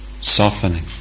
softening